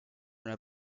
una